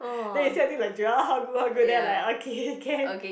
then he say until like Joel how good how good then I'm like okay can